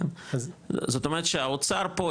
זאת אומרת האוצר פה,